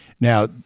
Now